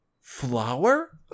flower